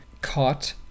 caught